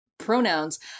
pronouns